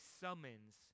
summons